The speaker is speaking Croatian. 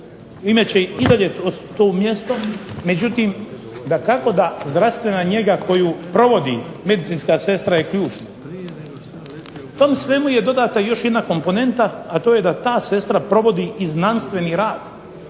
će i dalje to mjesto, međutim dakako da zdravstvena njega koju provodi medicinska sestra je ključna. Tom svemu je dodana još jedna komponenta, a to je da ta sestra provodi i znanstveni rad.